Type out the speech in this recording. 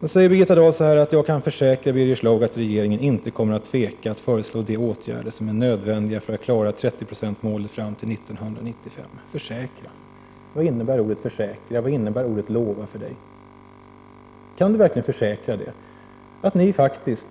Så säger Birgitta Dahl: ”Jag kan försäkra Birger Schalug att regeringen inte kommer att tveka att föreslå de åtgärder som är nödvändiga för att klara målet” — dvs. 30-procentsmålet fram till 1995. Vad innebär ordet ”försäkra” och ordet ”lova” för Birgitta Dahl? Kan ni verkligen försäkra det — att ni faktiskt